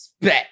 bet